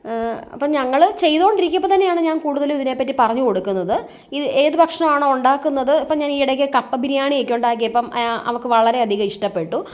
അപ്പം ഞങ്ങൾ ചെയ്തുകൊണ്ടിരിക്കുമ്പോൾ തന്നെയാണ് കൂടുതലും ഇതിനേ പറ്റി പറഞ്ഞു കൊടുക്കുന്നത് ഇത് ഏത് ഭക്ഷണമാണോ ഉണ്ടാക്കുന്നത് ഇപ്പം ഞാനീയിടയ്ക്ക് കപ്പ ബിരിയാണിയൊക്കെ ഉണ്ടാക്കിയപ്പം അവൾക്ക് വളരെ അധികം ഇഷ്ടപ്പെട്ടു അപ്പം